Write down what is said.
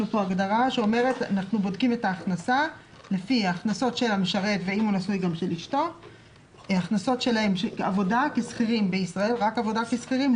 הכנסה חודשית לנפש משוקללת סך הכנסותיהם מעבודה בישראל כשכירים,